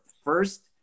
First